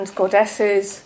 goddesses